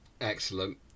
excellent